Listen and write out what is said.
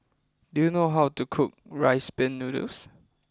do you know how to cook Rice Pin Noodles